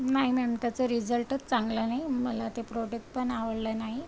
नाही मॅम त्याचा रिजल्टच चांगला नाही मला ते प्रोडेक्ट पण आवडलं नाही